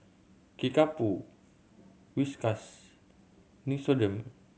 Kickapoo Whiskas Nixoderm